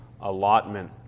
allotment